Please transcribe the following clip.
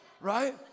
right